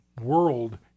world